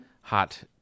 hot